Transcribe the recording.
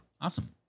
Awesome